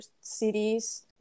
cities